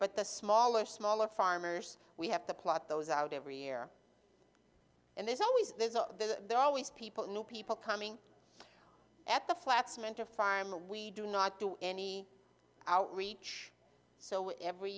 but the smaller smaller farmers we have to plot those out every year and there's always there's not that there are always people new people coming at the flats mentor farmer we do not do any outreach so